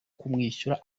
kumwishyura